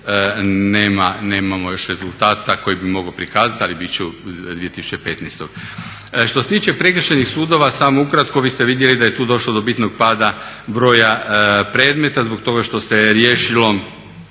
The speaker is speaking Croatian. nemamo još rezultata koji bi mogao prikazati ali bit će u 2015. Što se tiče prekršajnih sudova samo ukratko, vi ste vidjeli da je tu došlo do bitnog pada broja predmeta zbog toga što se riješilo